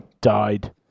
died